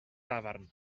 dafarn